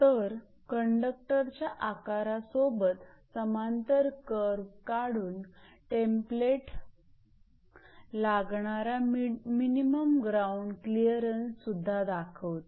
तर कंडक्टरच्या आकारा सोबत समांतर कर्व काढून टेम्प्लेट लागणारा मिनिमम ग्राउंड क्लिअरन्स सुद्धा दाखवते